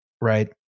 right